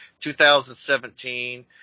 2017